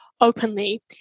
openly